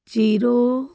zero